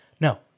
No